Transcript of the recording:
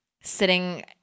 Sitting